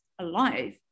alive